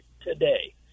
today